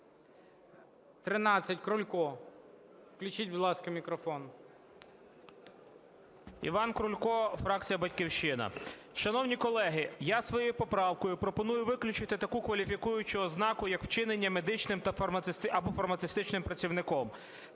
Іван Крулько, фракція "Батьківщина". Шановні колеги, я своєю поправкою пропоную виключити таку кваліфікуючу ознаку, як вчинення медичним або фармацевтичним працівником.